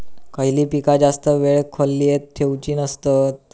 खयली पीका जास्त वेळ खोल्येत ठेवूचे नसतत?